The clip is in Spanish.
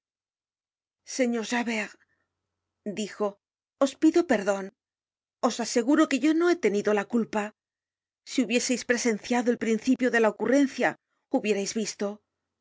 señor javert dijo os pido perdon os aseguro que yo no he tenido la culpa si hubiéseis presenciado el principio de la ocurrencia hubiérais visto